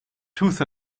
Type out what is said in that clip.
tooth